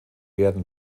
werden